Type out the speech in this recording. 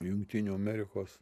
jungtinių amerikos